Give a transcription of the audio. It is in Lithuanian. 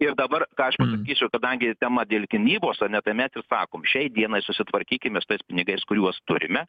ir dabar ką aš pasakysiu kadangi tema dėl gynybos ane tai mes ir sakom šiai dienai susitvarkykime su tais pinigais kuriuos turime